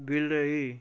ବିଲେଇ